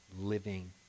living